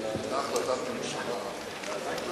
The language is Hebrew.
היתה החלטת ממשלה,